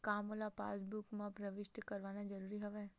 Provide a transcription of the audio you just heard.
का मोला पासबुक म प्रविष्ट करवाना ज़रूरी हवय?